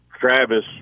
Travis